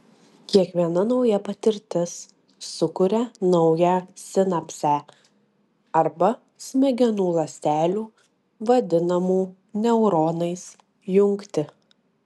kiekviena nauja patirtis sukuria naują sinapsę arba smegenų ląstelių vadinamų neuronais jungtį